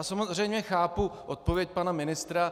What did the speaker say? Samozřejmě chápu odpověď pana ministra.